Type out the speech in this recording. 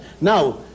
Now